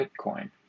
Bitcoin